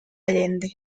allende